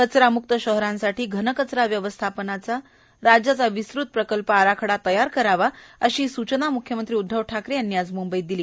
कचरामुक्त शहरांसाठी घनकचरा व्यवस्थापनचा राज्याचा विस्तृत प्रकल्प आराखडा तयार करावाअशा सूचना मुख्यमंत्री उद्वव ठाकरे यांनी आज मुंबईत दिले